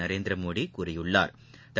நரேந்திரமோடிகூறியுள்ளாா்